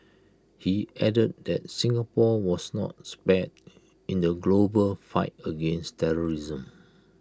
he added that Singapore was not spared in the global fight against terrorism